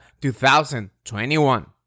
2021